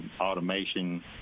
automation